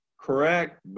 Correct